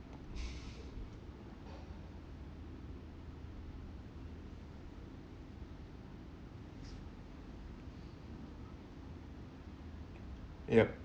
yup